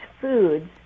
foods